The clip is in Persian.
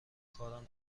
کارم